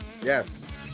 Yes